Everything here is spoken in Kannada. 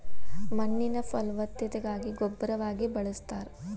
ಮಣ್ಣಿನ ಫಲವತ್ತತೆಗಾಗಿ ಗೊಬ್ಬರವಾಗಿ ಬಳಸ್ತಾರ